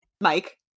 Mike